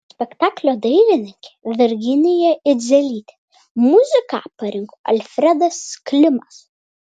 spektaklio dailininkė virginija idzelytė muziką parinko alfredas klimas